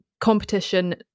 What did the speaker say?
competition